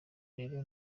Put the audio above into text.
rero